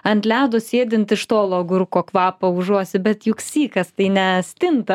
ant ledo sėdint iš tolo agurko kvapą užuosi bet juk sykas tai ne stinta